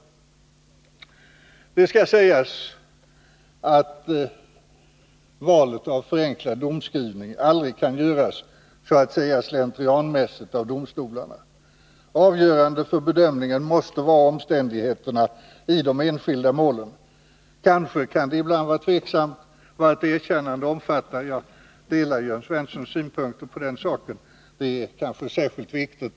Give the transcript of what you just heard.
Det skall sägas att valet av förenklad domskrivning aldrig kan göras slentrianmässigt av domstolarna. Avgörande för bedömningen måste vara omständigheten i det enskilda målet. Kanske kan det ibland vara tveksamt vad ett erkännande omfattar. Jag delar Jörn Svenssons åsikter då det gäller den saken.